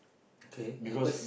okay yeah cause